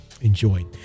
enjoy